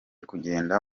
kugenda